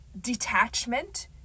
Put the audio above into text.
detachment